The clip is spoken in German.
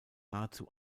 nahezu